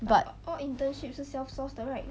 but